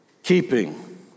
Keeping